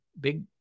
big